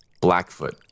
Blackfoot